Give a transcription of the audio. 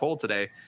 today